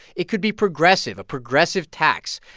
it could be progressive a progressive tax.